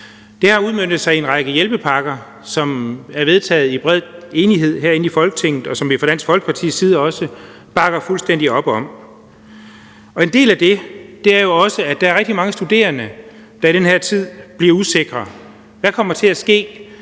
Det har udmøntet sig i en række hjælpepakker, som er vedtaget i bred enighed herinde i Folketinget, og som vi fra Dansk Folkepartis side også bakker fuldstændig op om. En del af det er jo også, at der er rigtig mange studerende, der i den her tid bliver usikre. Hvad kommer der til at ske?